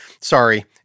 sorry